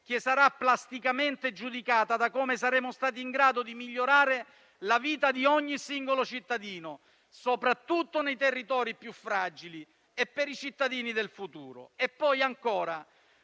che sarà plasticamente giudicata da come saremmo stati in grado di migliorare la vita di ogni singolo cittadino, soprattutto nei territori più fragili e per i cittadini del futuro.